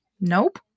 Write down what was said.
nope